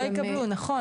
הם לא יקבלו, נכון.